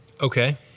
Okay